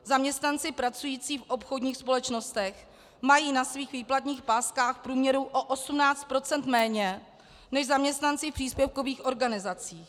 Zaměstnanci pracující v obchodních společnostech mají na svých výplatních páskách v průměru o 18 procent méně než zaměstnanci v příspěvkových organizacích.